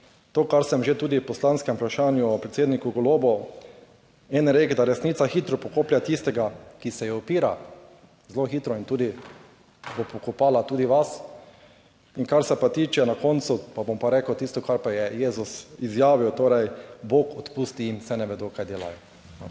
to, kar sem že tudi v poslanskem vprašanju predsedniku Golobu, en rek, da resnica hitro pokoplje tistega, ki se ji upira, zelo hitro in tudi bo pokopala tudi vas. In kar se pa tiče na koncu, pa bom pa rekel tisto, kar pa je Jezus izjavil, torej bog odpusti in saj ne vedo kaj delajo. Hvala.